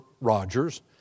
Rogers